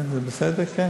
זה בסדר?